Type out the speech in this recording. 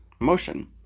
emotion